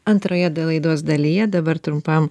antroje laidos dalyje dabar trumpam